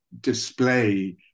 display